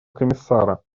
комиссара